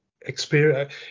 experience